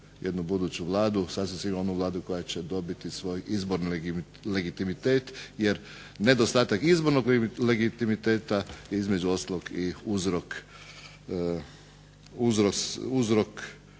jednu buduću Vladu, sasvim sigurno onu Vladu koja će dobiti svoj izborni legitimitet jer nedostatak izborno legitimiteta je između ostalog i uzrok